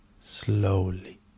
slowly